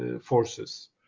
forces